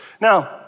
Now